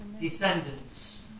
descendants